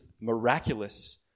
miraculous